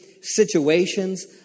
situations